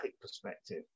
perspective